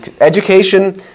education